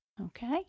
Okay